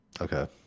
okay